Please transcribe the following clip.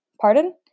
Pardon